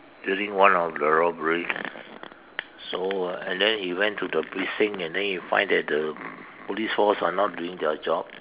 during one of the robbery so and then he went to the briefing and then he find that the police force are not doing their job